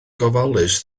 gofalus